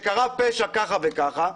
כשקרה פשע כזה וכזה,